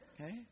okay